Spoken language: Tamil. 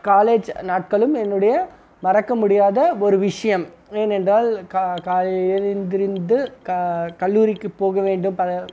காலேஜ் நாட்களும் என்னுடைய மறக்க முடியாத ஒரு விஷயம் ஏனென்றால் காலை எழுந்திருந்து கல்லூரிக்கு போக வேண்டும்